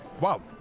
Wow